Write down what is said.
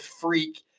freak